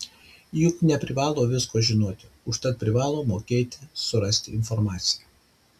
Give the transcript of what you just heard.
juk neprivalo visko žinoti užtat privalo mokėt surasti informaciją